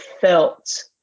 felt